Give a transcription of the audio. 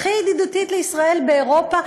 הכי ידידותית לישראל באירופה,